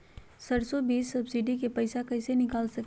सरसों बीज के सब्सिडी के पैसा कईसे निकाल सकीले?